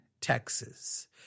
Texas